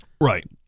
Right